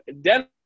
Denver